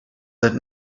that